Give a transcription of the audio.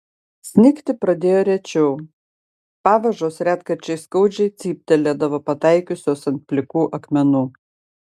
snigti pradėjo rečiau pavažos retkarčiais skaudžiai cyptelėdavo pataikiusios ant plikų akmenų